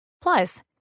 Plus